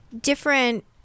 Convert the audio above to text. different